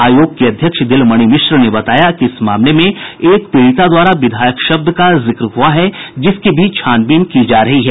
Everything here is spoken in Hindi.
आयोग की अध्यक्ष दिलमणि मिश्र ने बताया कि इस मामले में एक पीड़िता द्वारा विधायक शब्द का जिक्र हुआ है जिसकी भी छानबीन की जा रही है